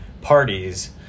parties